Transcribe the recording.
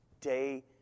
day